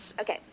Okay